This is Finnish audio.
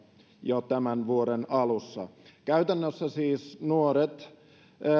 jo tämän vuoden alussa käytännössä siis